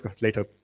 later